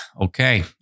okay